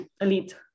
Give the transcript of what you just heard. elite